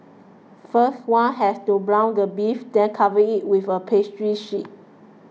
first one has to brown the beef then cover it with a pastry sheet